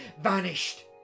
vanished